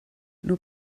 nur